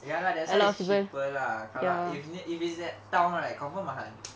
ya lah that's why it's cheaper lah kalau if it if it's at town right confirm mahal